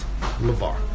LeVar